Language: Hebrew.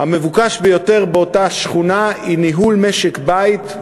המבוקש ביותר באותה שכונה היא ניהול משק-בית,